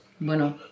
Bueno